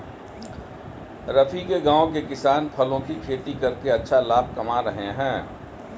रफी के गांव के किसान फलों की खेती करके अच्छा लाभ कमा रहे हैं